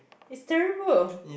it's terrible